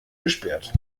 gesperrt